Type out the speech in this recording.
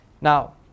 Now